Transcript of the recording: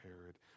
Herod